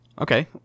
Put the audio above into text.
Okay